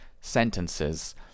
sentences